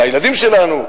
לילדים שלנו,